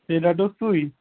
تیٚلہِ رَٹو سُے